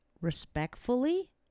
respectfully